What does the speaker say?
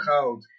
Goud